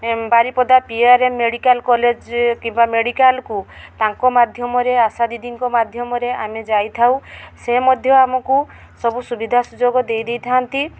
Baripada P R M medical college କିମ୍ବା ମେଡ଼ିକାଲ୍କୁ ତାଙ୍କ ମାଧ୍ୟମରେ ଆଶା ଦିଦିଙ୍କ ମାଧ୍ୟମରେ ଆମେ ଯାଇଥାଉ ସେ ମଧ୍ୟ ଆମକୁ ସବୁ ସୁବିଧା ସୁଯୋଗ ଦେଇ ଦେଇଥାନ୍ତି